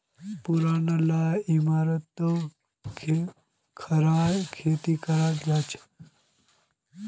पुरना ला इमारततो खड़ा खेती कराल जाछेक